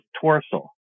torso